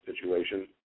situation